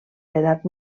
l’edat